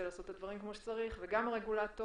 לעשות את הדברים כפי שצריך וגם הרגולטור,